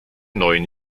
neuen